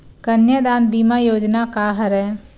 कन्यादान बीमा योजना का हरय?